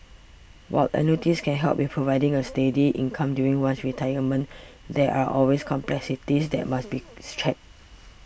while annuities can help with providing a steady income during one's retirement there are all with complexities that must be checked